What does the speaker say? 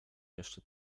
jeszcze